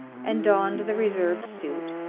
and donned the reserved suit,